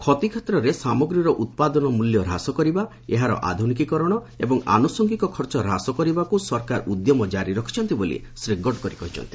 ଖଦୀ କ୍ଷେତରେ ସାମଗ୍ରୀର ଉତ୍ପାଦନ ମୂଲ୍ୟ ହ୍ରାସ କରିବା ଏହାର ଆଧୁନିକୀକରଣ ଏବଂ ଆନୁସଙ୍ଗିକ ଖର୍ଚ୍ଚ ହ୍ରାସ କରିବାକୁ ସରକାର ଉଦ୍ୟମ ଜାରି ରଖିଛନ୍ତି ବୋଲି ଶ୍ରୀ ଗଡ଼କରୀ କହିଚ୍ଛନ୍ତି